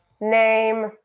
Name